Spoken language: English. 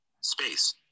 Space